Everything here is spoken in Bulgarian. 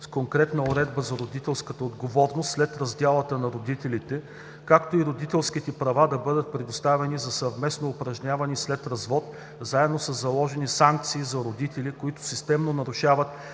с конкретна уредба за родителската отговорност след раздялата на родителите, както и родителските права да бъдат предоставяни за съвместно упражняване след развод, заедно със заложени санкции за родители, които системно нарушават